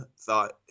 thought